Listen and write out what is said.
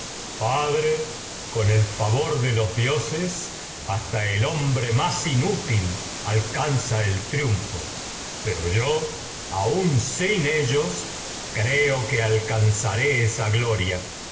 padre con el favor de los áyax dioses hasta pero yo tal el hombre más inútil alcanza el triunfo aun la sin ellos creo que alcanzaré esa gloria de